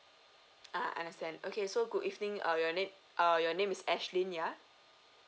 ah I understand okay so good evening err your name err your name is ashlyn yeah